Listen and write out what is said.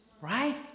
Right